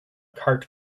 cart